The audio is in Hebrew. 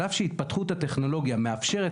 על אף שהתפתחות הטכנולוגיה מאפשרת